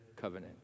covenant